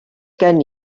gen